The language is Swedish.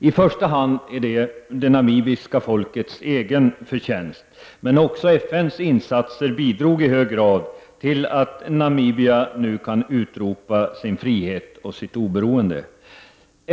I första hand är det det namibiska folkets egen förtjänst. Men också FN:s insatser bidrog i hög grad till att Namibia nu kan utropa sin frihet och sitt oberoende.